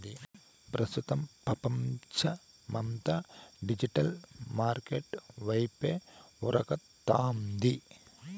ప్రస్తుతం పపంచమంతా digital market వైపే ఉరకతాంది